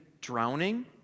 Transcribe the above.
drowning